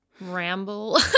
ramble